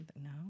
no